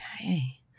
Okay